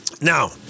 Now